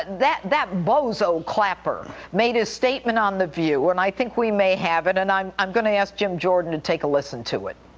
that, that bozo clapper made a statement on the view, and i think we may have it, and i'm i'm going to ask jim jordan to take a listen to it.